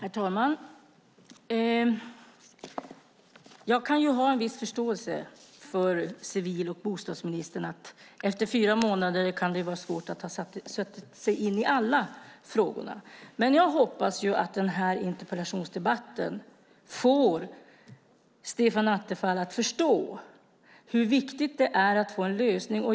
Herr talman! Jag kan ha en viss förståelse för civil och bostadsministern. Efter fyra månader kan det vara svårt att ha satt sig in i alla frågor. Men jag hoppas att den här interpellationsdebatten får Stefan Attefall att förstå hur viktigt det är att få en lösning.